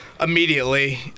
immediately